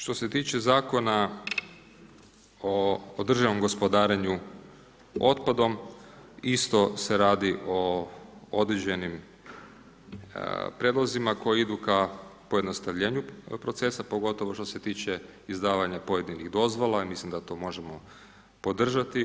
Što se tiče Zakona o održivom gospodarenju otpadom, isto se radi o određenim prijedlozima koji idu ka pojednostavljenju procesa, pogotovo što se tiče izdavanja pojedinih dozvola, ja mislim da to možemo podržati.